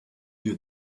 you